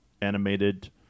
animated